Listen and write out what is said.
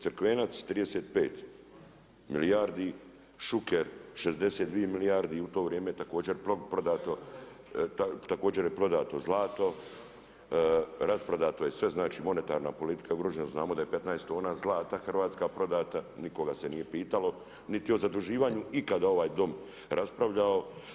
Crkvenac 35 milijardi, Šuker 62 milijardi i u to vrijeme je također prodano, također je prodano zlato, rasprodano je sve, znači monetarna politika ugrožena, znamo da je 15 tona zlata Hrvatska prodala, nikoga se nije pitalo, niti o zaduživanju je ikada ova Dom raspravljao.